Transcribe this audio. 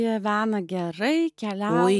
jie gyvena gerai keliauja